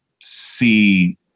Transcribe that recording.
see